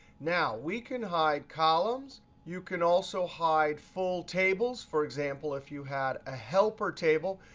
now, we can hide columns. you can also hide full tables for example, if you had a helper table.